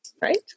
Right